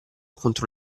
contro